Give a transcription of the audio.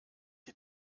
die